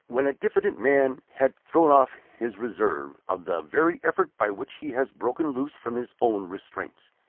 when a diffident man has thrown off his reserve, of the very effort by which he has broken loose from his own restraints.